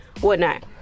whatnot